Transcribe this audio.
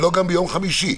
ולא גם ביום חמישי.